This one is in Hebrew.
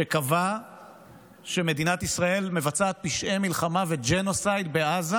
שקבע שמדינת ישראל מבצעת פשעי מלחמה וג'נוסייד בעזה,